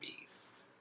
beast